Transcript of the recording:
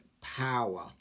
power